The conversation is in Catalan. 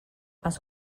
els